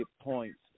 points